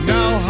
Now